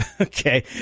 Okay